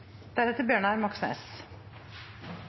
Representanten Bjørnar Moxnes